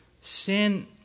Sin